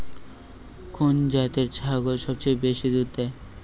কোন জাতের ছাগল সবচেয়ে বেশি দুধ দেয়?